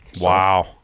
Wow